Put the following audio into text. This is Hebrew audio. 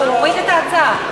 הוא הוריד את ההצעה.